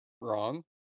wrong